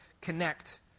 connect